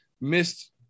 missed